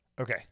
okay